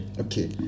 Okay